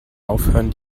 aufhören